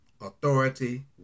authority